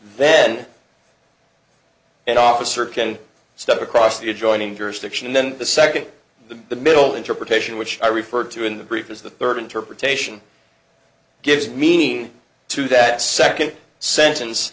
then an officer can step across the adjoining jurisdiction then the second the middle interpretation which i referred to in the brief is the third interpretation gives meaning to that second sentence